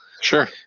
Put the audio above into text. Sure